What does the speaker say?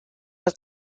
was